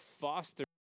foster